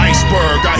Iceberg